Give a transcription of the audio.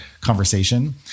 conversation